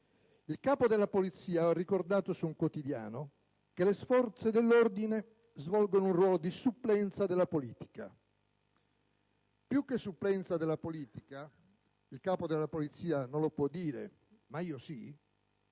Il Capo della Polizia ha ricordato su un quotidiano che le forze dell'ordine svolgono un ruolo di supplenza della politica. Più che supplenza della politica - il Capo della polizia non lo può dire, ma io sì